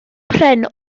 pren